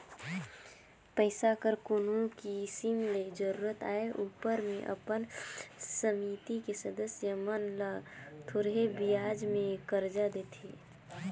पइसा कर कोनो किसिम ले जरूरत आए उपर में अपन समिति के सदस्य मन ल थोरहें बियाज में करजा देथे